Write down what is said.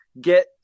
get